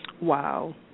Wow